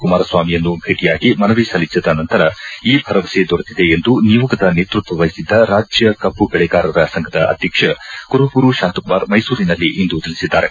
ಕುಮಾರಸ್ವಾಮಿಯನ್ನು ಭೇಟಿಯಾಗಿ ಮನವಿ ಸಲ್ಲಿಸಿದ ನಂತರ ಈ ಭರವಸೆ ದೊರೆತಿದೆ ಎಂದು ನಿಯೋಗದ ನೇತೃತ್ವ ವಹಿಸಿದ್ದ ರಾಜ್ಯ ಕಬ್ಬು ಬೆಳಗಾರರ ಸಂಘದ ಅಧ್ಯಕ್ಷ ಕುರುಬೂರು ಶಾಂತಕುಮಾರ್ ಮೈಸೂರಿನಲ್ಲಿಂದು ತಿಳಿಸಿದ್ದಾರೆ